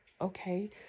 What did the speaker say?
okay